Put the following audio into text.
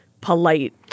polite